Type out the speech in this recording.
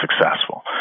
successful